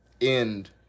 End